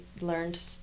learned